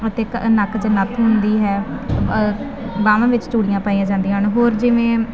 ਅਤੇ ਨੱਕ 'ਚ ਨੱਥ ਹੁੰਦੀ ਹੈ ਬਾਹਾਂ ਵਿੱਚ ਚੂੜੀਆਂ ਪਾਈਆਂ ਜਾਂਦੀਆਂ ਹਨ ਹੋਰ ਜਿਵੇਂ